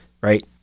right